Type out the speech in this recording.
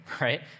right